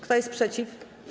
Kto jest przeciw?